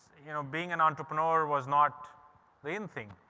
you know, being an entrepreneur was not the in thing.